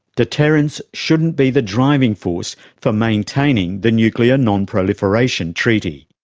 deterrence shouldn't be the driving force for maintaining the nuclear non-proliferation treaty.